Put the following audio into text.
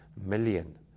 million